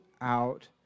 out